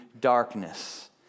darkness